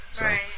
Right